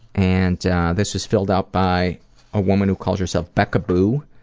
and this is filled out by a woman who calls herself becka boo,